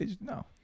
No